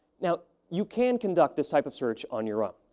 now, you can conduct this type of search on your own,